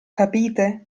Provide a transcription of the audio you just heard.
capite